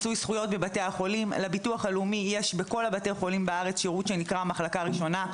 יש לביטוח לאומי שירות שנקרא "מחלקה ראשונה",